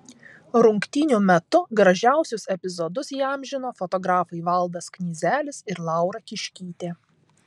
rungtynių metu gražiausius epizodus įamžino fotografai valdas knyzelis ir laura kiškytė